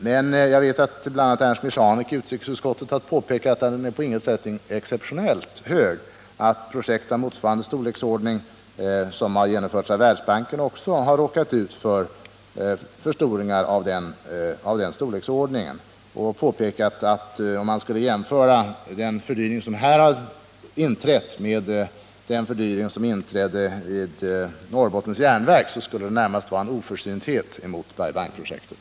Men jag vet att bl.a. Ernst Michanek i utrikesutskottet har påpekat att den på inget sätt är exceptionellt hög och att projekt av motsvarande storlek som har genomförts av Världsbanken också har råkat ut för fördyringar av denna storleksordning. Han har också poängterat att om man skulle jämföra den fördyring som här har inträtt med den fördyring som inträdde vid Norrbottens järnverk skulle det närmast vara en oförsynthet mot Bai Bang-projektet.